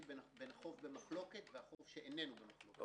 בין חוב במחלוקת וחוב שאינו במחלוקת.